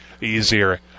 easier